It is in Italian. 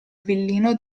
villino